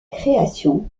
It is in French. création